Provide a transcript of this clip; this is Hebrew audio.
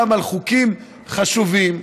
על חוקים חשובים,